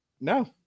no